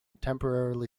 temporarily